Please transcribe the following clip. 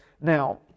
now